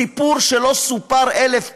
סיפור שלא סופר אלף פעם,